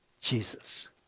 Jesus